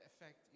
effect